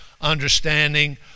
understanding